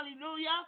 Hallelujah